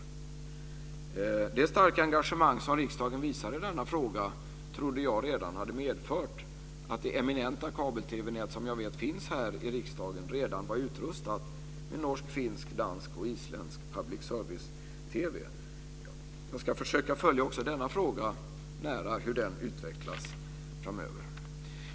Det starka engagemang som riksdagen visar i denna fråga trodde jag redan hade medfört att det eminenta kabel-TV-nät som jag vet finns i riksdagen var utrustat med norsk, finsk, dansk och isländsk public service-TV. Jag ska försöka att nära följa utvecklingen i denna fråga framöver.